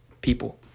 People